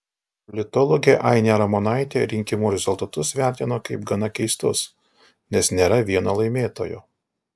politologė ainė ramonaitė rinkimų rezultatus vertino kaip gana keistus nes nėra vieno laimėtojo